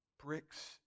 Bricks